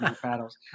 paddles